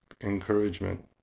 encouragement